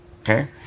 okay